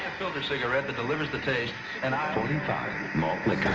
filter cigarette that delivers the taste. and ah forty five malt liquor. are